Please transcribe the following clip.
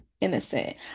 innocent